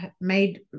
made